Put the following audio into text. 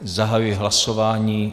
Zahajuji hlasování.